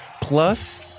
plus